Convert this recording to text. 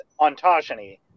ontogeny